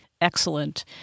Excellent